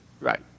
Right